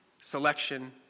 selection